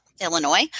Illinois